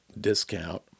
discount